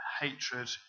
hatred